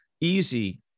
easy